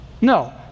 No